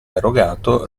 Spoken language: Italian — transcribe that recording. erogato